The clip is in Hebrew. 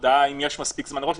הודעה אם יש מספיק זמן מראש.